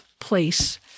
place